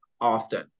often